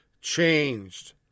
changed